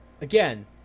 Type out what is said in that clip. again